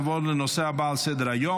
נעבור לנושא הבא על סדר-היום,